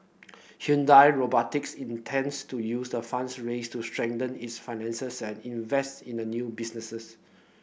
Hyundai Robotics intends to use the funds raised to strengthen its finances and invest in the new businesses